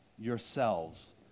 yourselves